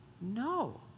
No